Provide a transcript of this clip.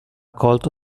colto